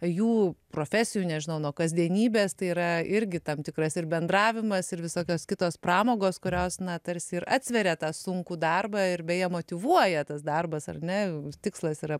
jų profesijų nežinau nuo kasdienybės tai yra irgi tam tikras ir bendravimas ir visokios kitos pramogos kurios na tarsi ir atsveria tą sunkų darbą ir beje motyvuoja tas darbas ar ne tikslas yra